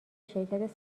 شرکت